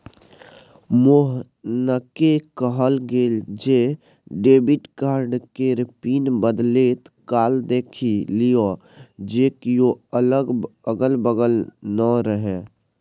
मोहनकेँ कहल गेल जे डेबिट कार्ड केर पिन बदलैत काल देखि लिअ जे कियो अगल बगल नै रहय